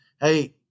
hey